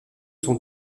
sont